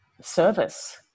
service